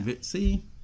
See